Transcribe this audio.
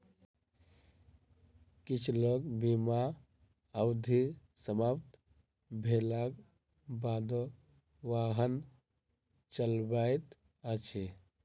किछ लोक बीमा अवधि समाप्त भेलाक बादो वाहन चलबैत अछि